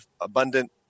abundant